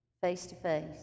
face-to-face